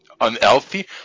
unhealthy